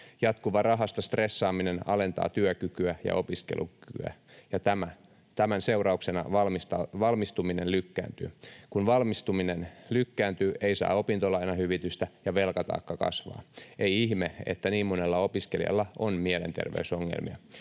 Jatkuva rahasta stressaaminen alentaa työkykyä ja opiskelukykyä, ja tämän seurauksena valmistuminen lykkääntyy. Kun valmistuminen lykkääntyy, ei saa opintolainahyvitystä ja velkataakka kasvaa. Ei ihme, että niin monella opiskelijalla on mielenterveysongelmia.